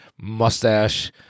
mustache